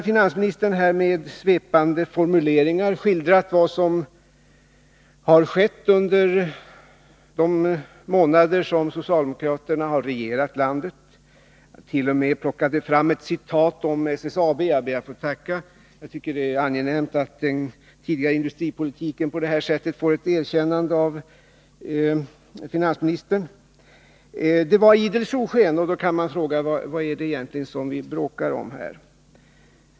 Finansministern har med svepande formuleringar skildrat vad som har skett under de månader som socialdemokraterna har regerat landet. Han t.o.m. plockade fram ett citat om SSAB, och jag ber att få tacka; jag tycker det är angenämt att den tidigare industripolitiken på det här sättet får ett erkännande av finansministern. Det var idel solsken, och då kan man fråga: Vad är det egentligen som vi bråkar om här?